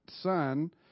son